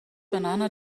banana